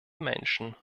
menschen